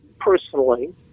personally